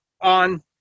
on